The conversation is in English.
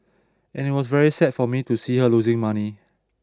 and it was very sad for me to see her losing money